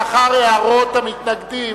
לאחר הערות המתנגדים,